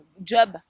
job